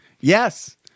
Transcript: Yes